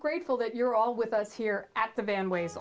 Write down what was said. grateful that you're all with us here at the van ways